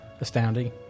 astounding